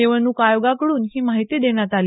निवडणूक आयोगाकडून ही माहिती देण्यात आली